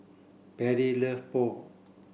Perry love Pho